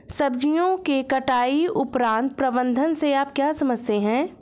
सब्जियों के कटाई उपरांत प्रबंधन से आप क्या समझते हैं?